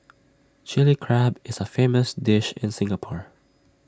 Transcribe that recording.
Chilli Crab is A famous dish in Singapore